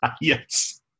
Yes